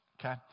okay